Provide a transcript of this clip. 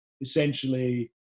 essentially